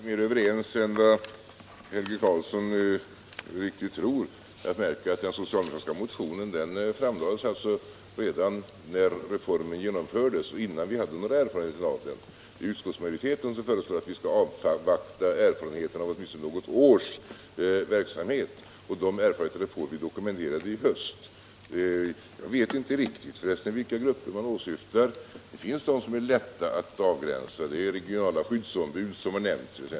Herr talman! Vi är kanske mer överens än vad Helge Karlsson tror. Det är att märka att den socialdemokratiska motionen framlades redan när reformen genomfördes och alltså innan vi hade några erfarenheter av den. Det är utskottsmajoriteten som föreslår att vi skall avvakta erfarenheterna av åtminstone något års verksamhet. Och de erfarenheterna får vi dokumenterade i höst. Jag vet för resten inte riktigt vilka grupper man åsyftar. Det finns de som är lätta att avgränsa. Det gäller t.ex. regionala skyddsombud, som har nämnts.